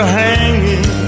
hanging